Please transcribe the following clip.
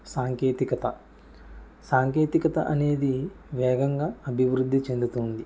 సాంకేతికత సాంకేతికత అనేది వేగంగా అభివృద్ధి చెందుతుంది